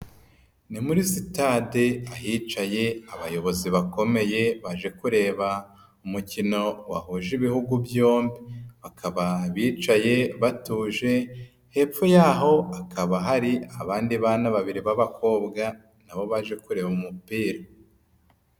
Ni muri sitade ahicaye abayobozi bakomeye baje kureba umukino wahuje ibihugu byombi. Bakaba bicaye batuje, hepfo yaho hakaba hari abandi bana babiri b'abakobwa, na bo baje kureba umupira.